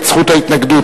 את זכות ההתנגדות.